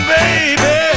baby